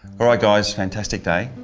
alright guys fantastic day.